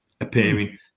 appearing